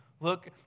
look